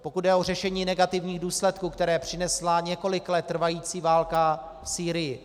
Pokud jde o řešení negativních důsledků, které přinesla několik let trvající válka v Sýrii.